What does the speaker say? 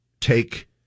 take